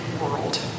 world